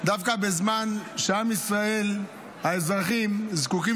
דווקא בזמן שבעם ישראל האזרחים זקוקים